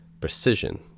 precision